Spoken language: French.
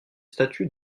statues